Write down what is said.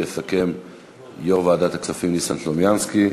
יסכם יושב-ראש ועדת הכספים ניסן סלומינסקי,